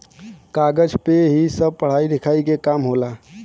कागज पे ही सब पढ़ाई लिखाई के काम होला